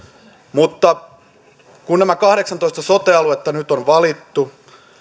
mutta kun nämä kahdeksantoista sote aluetta nyt on valittu